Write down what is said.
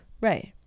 right